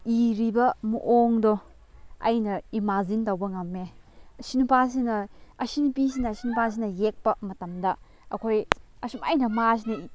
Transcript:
ꯏꯔꯤꯕ ꯃꯑꯣꯡꯗꯣ ꯑꯩꯅ ꯏꯃꯥꯖꯤꯟ ꯇꯧꯕ ꯉꯝꯃꯦ ꯑꯁꯤ ꯅꯨꯄꯥꯁꯤꯅ ꯑꯁꯤ ꯅꯨꯄꯤꯁꯤꯅ ꯑꯁꯤ ꯅꯨꯄꯥꯁꯤꯅ ꯌꯦꯛꯄ ꯃꯇꯝꯗ ꯑꯩꯈꯣꯏ ꯑꯁꯨꯃꯥꯏꯅ ꯃꯥꯁꯤ